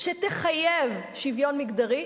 שתחייב שוויון מגדרי,